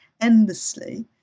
endlessly